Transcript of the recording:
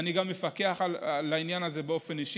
ואפקח על העניין הזה באופן אישי,